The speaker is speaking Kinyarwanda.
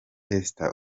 esther